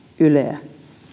yleä